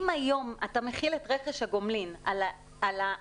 אם היום אתה מחיל את רכש הגומלין על הקונצרן,